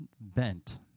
bent